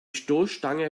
stoßstange